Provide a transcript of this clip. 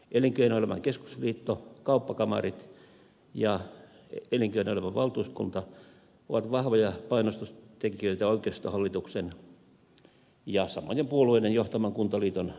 elinkeinoelämän keskusliitto kauppakamarit ja elinkeinoelämän valtuuskunta ovat vahvoja painostustekijöitä oikeistohallituksen ja samojen puolueiden johtaman kuntaliiton taustalla